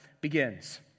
begins